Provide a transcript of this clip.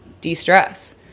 de-stress